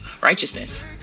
righteousness